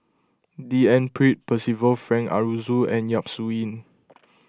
D N Pritt Percival Frank Aroozoo and Yap Su Yin